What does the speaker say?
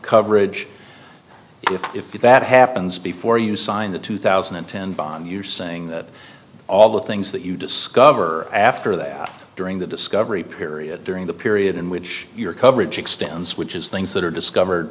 coverage if that happens before you sign the two thousand and ten bond you're saying that all the things that you discover after that during the discovery period during the period in which your coverage extends which is things that are discovered